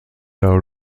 der